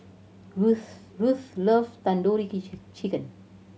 Ruthanne Ruthanne love Tandoori Chicken